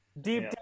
Deep